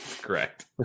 Correct